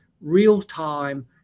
real-time